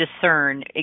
discern